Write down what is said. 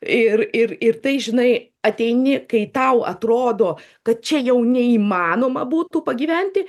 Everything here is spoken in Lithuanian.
ir ir ir tai žinai ateini kai tau atrodo kad čia jau neįmanoma būtų pagyventi